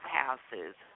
houses